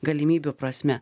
galimybių prasme